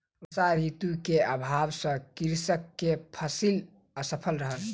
वर्षा ऋतू के अभाव सॅ कृषक के फसिल असफल रहल